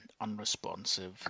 unresponsive